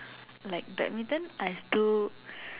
like badminton is to